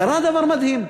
קרה דבר מדהים: